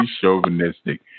chauvinistic